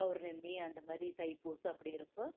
பௌர்ணமி அந்த மாதிரி தைப்பூசம் அப்படிங்கிறப்போ